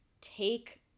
take